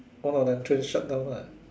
all them trade shut down lah